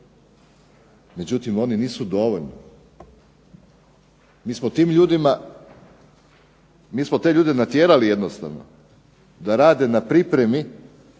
međutim oni nisu dovoljni. Mi smo tim ljudima, mi smo te ljude natjerali jednostavno da rade na pripremi